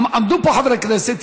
עמדו פה חברי כנסת,